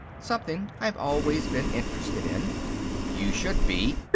something i have always been interested in you should be,